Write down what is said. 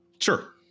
Sure